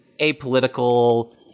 apolitical